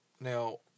Now